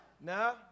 No